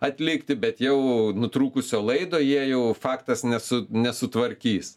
atlikti bet jau nutrūkusio laido jie jau faktas nesu nesutvarkys